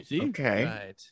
okay